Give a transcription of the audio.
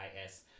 I-S